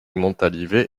montalivet